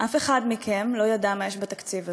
אף אחד מכם, לא יודע מה יש בתקציב הזה.